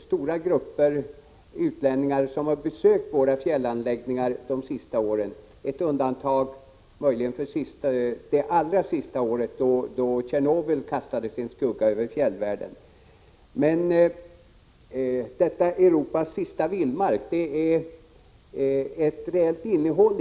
Stora grupper utlänningar har besökt våra fjällanläggningar under de senste åren. Ett undantag är emellertid det allra senaste året då Tjernobyl har kastat sin skugga över fjällvärlden. Det finns ett reellt innehåll i lanseringen av ”Europas sista vildmark”.